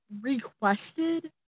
requested